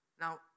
Now